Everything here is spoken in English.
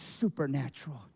supernatural